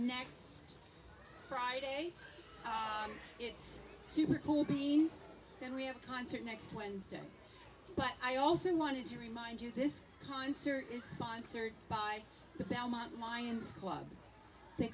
next friday it's super cool beans and we have a concert next wednesday but i also want to remind you this concert is sponsored by the belmont minds club they